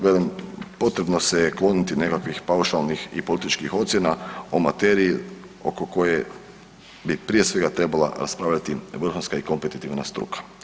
Velim potrebno se je kloniti nekakvih paušalnih i političkih ocjena o materiji oko koje bi prije svega trebala raspravljati vrhunska i kompetitivna struka.